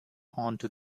onto